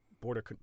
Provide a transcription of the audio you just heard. border